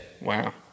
Wow